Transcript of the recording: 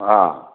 হ্যাঁ